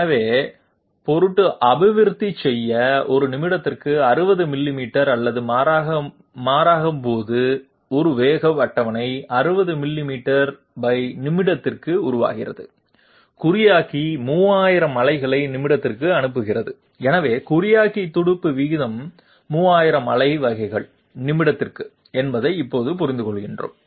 எனவே பொருட்டு அபிவிருத்தி செய்ய ஒரு நிமிடத்திற்கு 60 மில்லி மீட்டர் அல்லது மாறாக போது ஒரு வேகம் அட்டவணை 60 மில்லிமீட்டர்நிமிடத்திற்கு உருவாகிறது குறியாக்கி 3000 அலைகளைநிமிடத்திற்கு அனுப்புகிறது எனவே குறியாக்கி துடிப்பு வீதம் 3000 அலை வகைகள்நிமிடம் என்பதை இப்போது புரிந்துகொள்கிறோம்